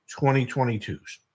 2022s